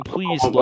Please